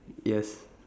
yes